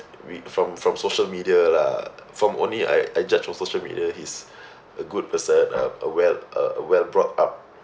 read from from social media lah from only I I judge from social media he's a good person a a well a well brought up